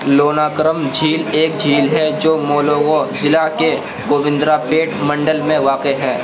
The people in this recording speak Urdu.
لوناکرم جھیل ایک جھیل ہے جو مولوگو ضلع کے گووندرا پیٹ منڈل میں واقع ہے